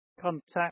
contact